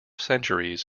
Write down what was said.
centuries